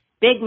Big